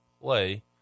play